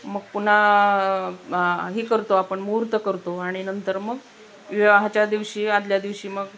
मग पुन्हा ही करतो आपण मुहूर्त करतो आणि नंतर मग विवाहाच्या दिवशी आदल्या दिवशी मग